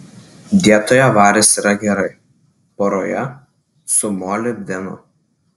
dietoje varis yra gerai poroje su molibdenu